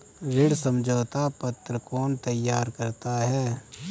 ऋण समझौता पत्र कौन तैयार करता है?